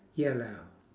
yellow